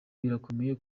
birakomeye